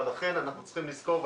אבל אכן אנחנו צריכים לזכור,